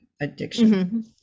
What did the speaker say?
addiction